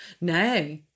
No